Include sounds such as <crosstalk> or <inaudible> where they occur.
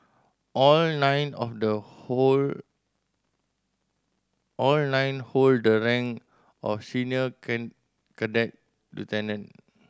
all nine of the hold all nine hold the rank of senior <unintelligible> cadet lieutenant